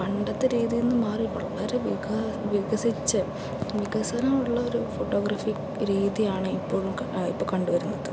പണ്ടത്തെ രീതിയിൽ നിന്ന് മാറി വളരെ വികസിച്ച വികസനം ഉള്ള ഒരു ഫോട്ടോഗ്രാഫി രീതിയാണ് ഇപ്പോഴൊക്കെ ഇപ്പോൾ കണ്ടു വരുന്നത്